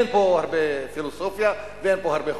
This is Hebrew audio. אין פה הרבה פילוסופיה ואין פה הרבה חוכמות.